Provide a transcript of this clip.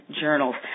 journals